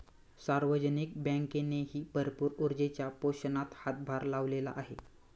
सार्वजनिक बँकेनेही भरपूर ऊर्जेच्या पोषणात हातभार लावलेला आहे